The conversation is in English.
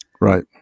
right